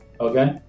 Okay